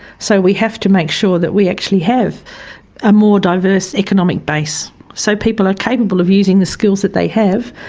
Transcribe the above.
so we have to make sure that we actually have a more diverse economic base so people are capable of using the skills that they have,